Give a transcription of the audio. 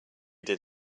did